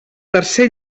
tercer